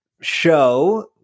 show